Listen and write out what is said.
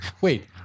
Wait